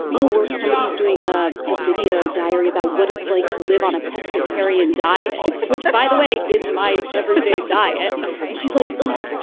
oh, somebody is doing ah a video diary about what it's like to live on a pescatarian diet, which, by the way, is my everyday diet. and she's like, oh,